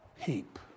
heap